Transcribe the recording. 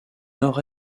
nord